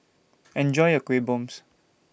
Enjoy your Kueh bombs